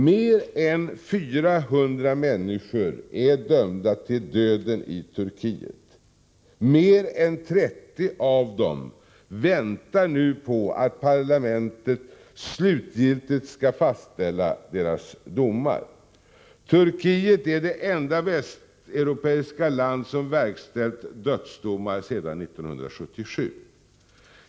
Mer än 400 människor är dömda till döden i Turkiet. Mer än 30 av dem väntar nu på att parlamentet slutgiltigt skall fastställa deras domar. Turkiet är det enda västeuropeiska land som verkställt dödsdomar sedan 1977.